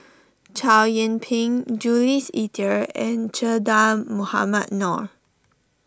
Chow Yian Ping Jules Itier and Che Dah Mohamed Noor